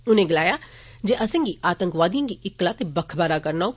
उनें गलाया जे असेंगी आतंकवादियें गी इक्कला ते बक्ख बाहरा करना होग